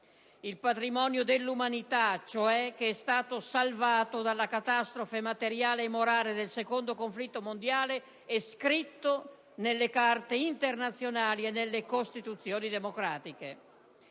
il patrimonio dell'umanità, cioè, che è stato salvato dalla catastrofe materiale e morale del secondo conflitto mondiale e scritto nelle Carte internazionali e nelle Costituzioni democratiche.